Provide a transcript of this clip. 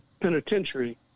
penitentiary